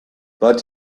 but